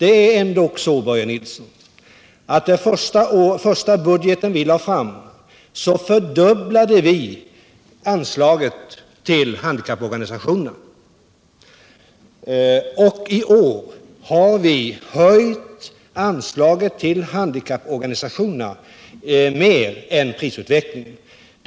I den första budget som vi lade fram, Börje Nilsson, fördubblade vi anslaget till handikapporganisationerna. I år har vi höjt anslaget till handikapporganisationerna mer än vad prisutvecklingen skulle ge anledning till.